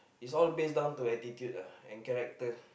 is all based down to attitude uh and character